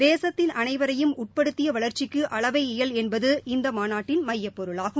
தேசத்தின் அனைவரையும் உட்படுத்திய வளா்ச்சிக்கு அளவை இயல் என்பது இந்த மாநட்டின் மையப்பொருளாகும்